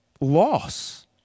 loss